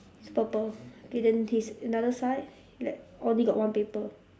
purple okay then his another side like only got one paper